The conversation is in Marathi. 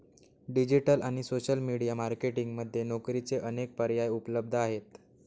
डिजिटल आणि सोशल मीडिया मार्केटिंग मध्ये नोकरीचे अनेक पर्याय उपलब्ध आहेत